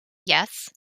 yes